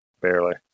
Barely